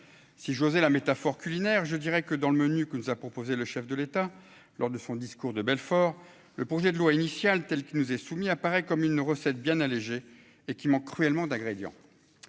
si José la métaphore culinaire, je dirais que dans le menu qui nous a proposé le chef de l'État lors de son discours de Belfort, le projet de loi initial, telle que nous est soumis, apparaît comme une recette bien alléger et qui manque cruellement d'ingrédients